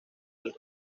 del